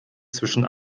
zwischen